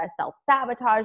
self-sabotage